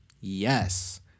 Yes